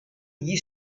gli